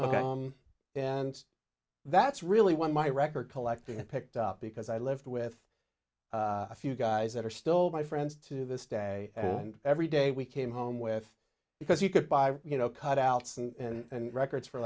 and that's really one my record collecting and picked up because i lived with a few guys that are still my friends to this day and every day we came home with because you could buy you know cut outs and records for